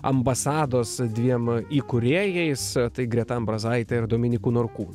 ambasados dviem įkūrėjais tai greta ambrazaite ir dominyku norkūnu